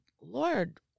Lord